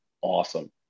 awesome